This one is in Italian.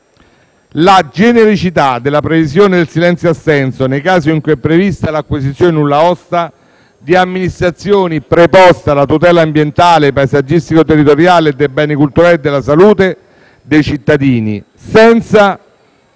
la genericità della previsione del silenzio-assenso nei casi in cui è prevista l'acquisizione di nulla osta di amministrazioni preposte alla tutela ambientale, paesaggistico-territoriale, dei beni culturali e della salute dei cittadini senza